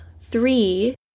three